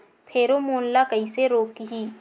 Pheromone ला कइसे रोकही?